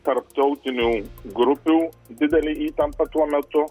tarptautinių grupių didelė įtampa tuo metu